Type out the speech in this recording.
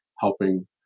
helping